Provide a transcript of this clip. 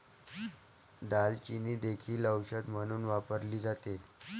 दालचिनी देखील औषध म्हणून वापरली जाते